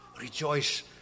rejoice